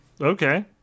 Okay